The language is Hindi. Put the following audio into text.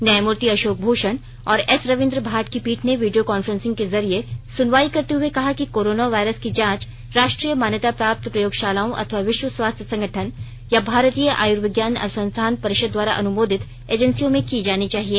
न्यायमूर्ति अशोक भूषण और एस रविंद्र भाट की पीठ ने वीडियो कॉन्फ्रेंसिंग के जरिए सुनवाई करते हुए कहा कि कोरोना है वायरस की जांच राष्ट्रीय मान्यता प्राप्त प्रयोगशालाओं अथवा विश्व स्वास्थ्य संगठन या भारतीय आयुर्विज्ञान अनुसंधान परिषद द्वारा अनुमोदित एजेंसियों में की जानी चाहिए